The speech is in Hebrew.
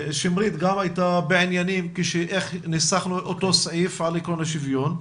שמרית גם הייתה בעניינים כשניסחנו את אותו סעיף על עקרון השוויון.